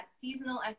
seasonal